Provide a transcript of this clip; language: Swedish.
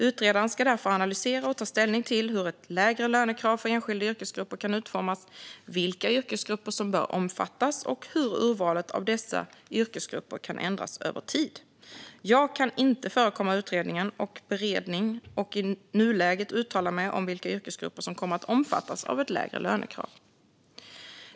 Utredaren ska därför analysera och ta ställning till hur ett lägre lönekrav för enskilda yrkesgrupper kan utformas, vilka yrkesgrupper som bör omfattas och hur urvalet av dessa yrkesgrupper kan ändras över tid. Jag kan inte förekomma utredningen och beredningen och i nuläget uttala mig om vilka yrkesgrupper som kommer att omfattas av ett lägre lönekrav.